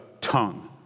tongue